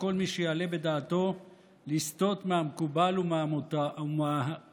כל מי שיעלה בדעתו לסטות מהמקובל ומהמותר,